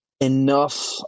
enough